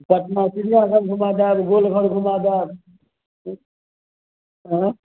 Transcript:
पटना चिड़िआ घर घुमा देब गोलघर घुमा देब ठीक आएँ